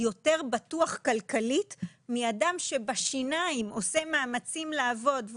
יותר בטוח כלכלית משל אדם שעושה מאמצים לעבוד בשיניים,